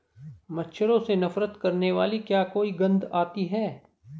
मच्छरों से नफरत करने वाली क्या कोई गंध आती है?